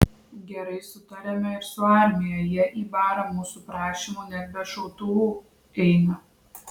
gerai sutariame ir su armija jie į barą mūsų prašymu net be šautuvų eina